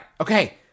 Okay